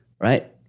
Right